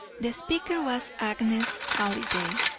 the speaker was agnes halliday,